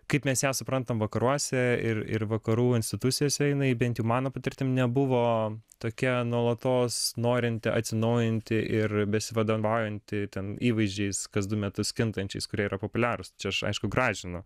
kaip mes ją suprantam vakaruose ir ir vakarų institucijose jinai bent jau mano patirtim nebuvo tokia nuolatos norinti atsinaujinti ir besivadovaujanti ten įvaizdžiais kas du metus kintančiais kurie yra populiarūs čia aš aišku gražinu